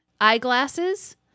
Eyeglasses